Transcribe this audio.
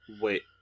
Wait